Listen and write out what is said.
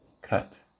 cut